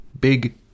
big